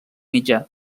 mitjà